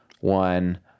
one